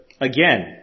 Again